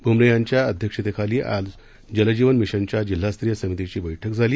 भूमरे यांच्या अध्यक्षतेखाली आज जलजीवन मिशनच्या जिल्हास्तरीय समितीची बैठक झाली